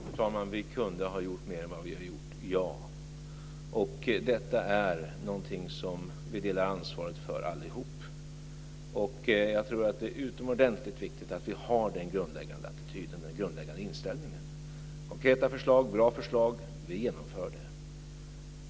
Fru talman! Ja, vi kunde ha gjort mer än vad vi har gjort, och detta är någonting som vi allihop delar ansvaret för. Jag tror att det är utomordentligt viktigt att vi har den grundläggande attityden och inställningen. Konkreta och bra förslag blir genomförda.